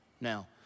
Now